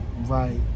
Right